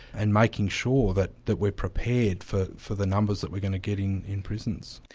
and making sure that that we're prepared for for the numbers that we're going to get in in prisons.